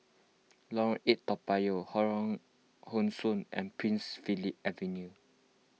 Lorong eight Toa Payoh Lorong How Sun and Prince Philip Avenue